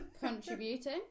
Contributing